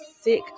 sick